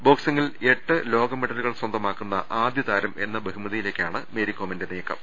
ബോക്സിങ്ങിൽ എട്ട് ലോകമെഡലുകൾ സ്വന്തമാക്കുന്ന ആദ്യുതാരം എന്ന ബഹു മതിയിലേക്കാണ് മേരികോമിന്റെ നീക്കം